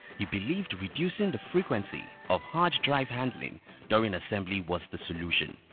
he believed reducing the frequency of hard drive handling during assembly was the solution.